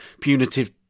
punitive